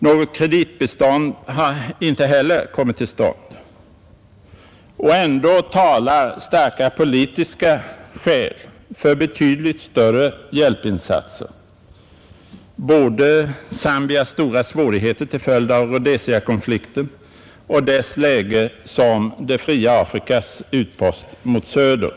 Något kreditbistånd har inte heller kommit till stånd och ändå talar starka politiska skäl för betydligt större hjälpinsatser, både Zambias stora svårigheter till följd av Rhodesiakonflikten och dess läge som det fria Afrikas utpost mot söder.